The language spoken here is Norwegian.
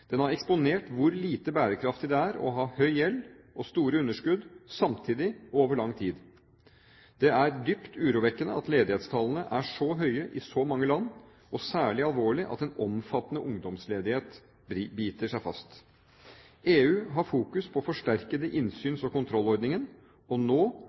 Den har eksponert hvor lite bærekraftig det er å ha høy gjeld og store underskudd samtidig og over lang tid. Det er dypt urovekkende at ledighetstallene er så høye i så mange land, og særlig alvorlig at en omfattende ungdomsledighet biter seg fast. EU har fokus på forsterkede innsyns- og kontrollordninger, og nå,